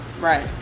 Right